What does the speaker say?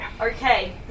Okay